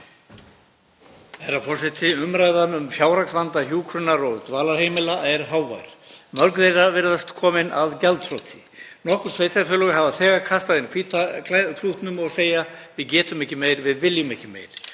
Herra forseti. Umræðan um fjárhagsvanda hjúkrunar- og dvalarheimila er hávær. Mörg þeirra virðast komin að gjaldþroti. Nokkur sveitarfélög hafa þegar kastað inn hvíta klútnum og segja: Við getum ekki meir, við viljum ekki meir.